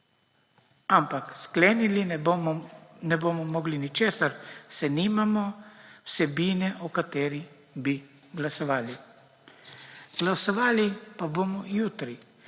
ampak sklenili ne bomo mogli ničesar, saj nimamo vsebine, o kateri bi glasovali. Glasovali pa bomo jutri,